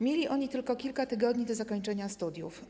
Mieli oni tylko kilka tygodni do zakończenia studiów.